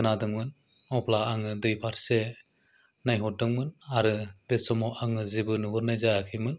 खोनादोंमोन अब्ला आङो दै फारसे नायहरदोंमोन आरो बे समाव आङो जेबो नुहरनाय जायाखैमोन